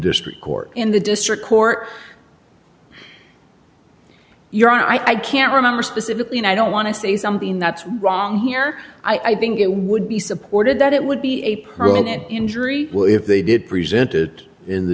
district court in the district court your honor i can't remember specifically and i don't want to say something that's wrong here i think it would be supported that it would be a pro and injury well if they did presented in the